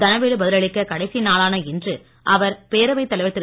தனவேலு பதில் அளிக்க கடைசி நாளான இன்று அவர் பேரவைத் தலைவர் திரு